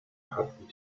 hatten